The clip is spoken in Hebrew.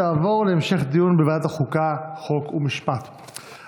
לוועדת החוקה, חוק ומשפט נתקבלה.